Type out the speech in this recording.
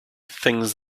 things